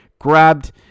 grabbed